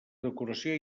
decoració